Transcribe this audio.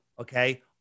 Okay